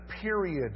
period